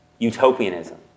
utopianism